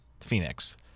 Phoenix